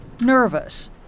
nervous